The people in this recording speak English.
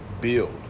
build